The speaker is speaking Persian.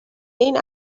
این